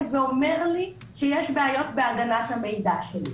ואומר לי שיש בעיות בהגנת המידע שלי,